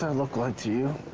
and look like to you?